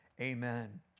amen